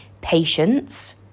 Patience